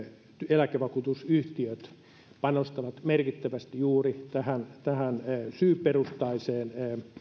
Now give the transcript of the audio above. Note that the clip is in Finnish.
eläkevakuutusyhtiöt panostavat merkittävästi juuri tähän tähän syyperusteiseen